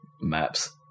maps